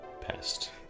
pest